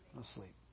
asleep